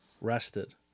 rested